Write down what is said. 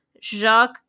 Jacques